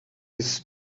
his